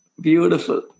Beautiful